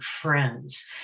friends